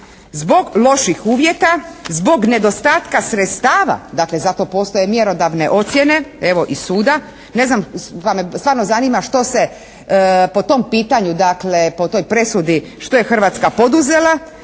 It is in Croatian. Zbog loših uvjeta, zbog nedostatka sredstava, dakle za to postoje mjerodavne ocjene evo i suda. Ne znam pa me stvarno zanima što se po tom pitanju dakle po toj presudi što je Hrvatska poduzela.